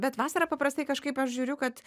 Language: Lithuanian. bet vasara paprastai kažkaip aš žiūriu kad